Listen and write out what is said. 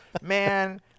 man